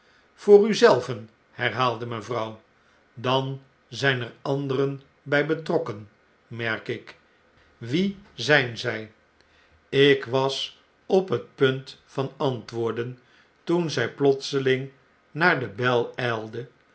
voor u zelven herhaalde mevrouw dan zyn er anderen by betrokken merk ik wie zgn zy ik was op het punt te antwoorden toen zij plotseling naar de bel ylde